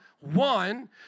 one